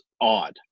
odd